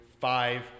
five